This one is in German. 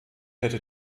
hätte